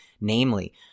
namely